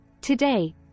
Today